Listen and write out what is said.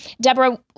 Deborah